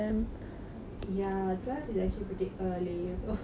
ya twelve is actually pretty early you know